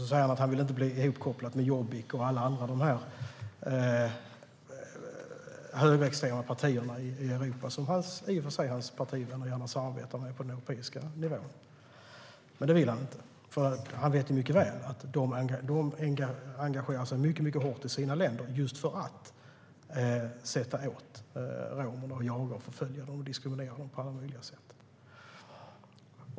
Sedan säger han att han inte vill bli ihopkopplad med Jobbik och alla de här andra högerextrema partierna i Europa, som hans partivänner i och för sig gärna samarbetar med på den europeiska nivån. Det vill han inte, för han vet mycket väl att de engagerar sig mycket hårt i sina länder just för att sätta åt romerna och jaga, förfölja och diskriminera dem på alla möjliga sätt.